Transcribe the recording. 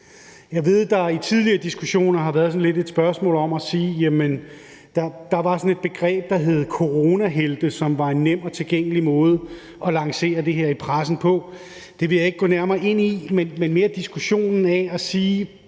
Jeg ved, det i tidligere diskussioner har været sådan lidt et spørgsmål om at sige: Jamen der var sådan et begreb, der hed coronahelte, som var en nem og tilgængelig måde at lancere det her i pressen på. Det vil jeg ikke gå nærmere ind i, men mere ind i diskussionen af